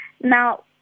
Now